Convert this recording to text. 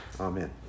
amen